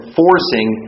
forcing